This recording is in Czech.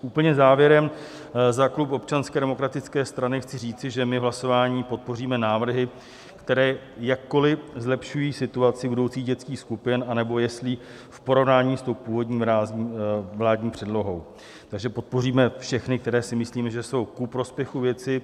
Úplně závěrem za klub Občanské demokratické strany chci říci, že v hlasování podpoříme návrhy, které jakkoli zlepšují situaci budoucích dětských skupin nebo jeslí v porovnání s původní vládní předlohou, takže podpoříme všechny, které si myslíme, že jsou ku prospěchu věci.